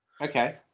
Okay